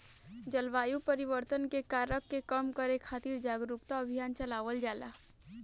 जलवायु परिवर्तन के कारक के कम करे खातिर जारुकता अभियान चलावल जाता